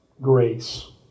grace